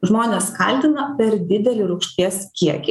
žmonės kaltina per didelį rūgšties kiekį